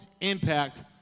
impact